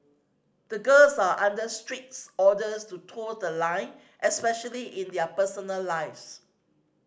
the girls are under strict orders to toe the line especially in their personal lives